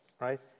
Right